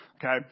Okay